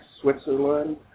Switzerland